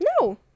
No